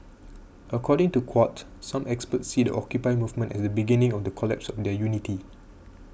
according to Quartz some experts see the Occupy movement as the beginning of the collapse of their unity